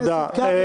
תודה רבה.